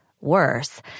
worse